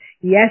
Yes